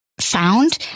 found